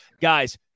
Guys